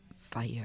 Fire